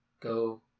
Go